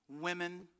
women